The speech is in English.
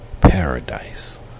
paradise